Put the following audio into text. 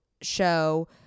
show